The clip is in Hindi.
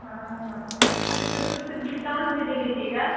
हाँ हाँ ठीक है तो कुछ डिस्काउंट भी दे दीजिएगा